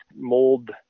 mold